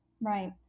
right